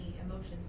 emotions